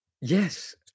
Yes